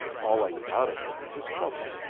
all i get out of it is trouble.